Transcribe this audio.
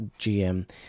GM